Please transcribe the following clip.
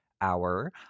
Hour